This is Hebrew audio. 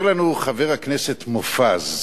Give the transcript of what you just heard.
אומר לנו חבר הכנסת מופז: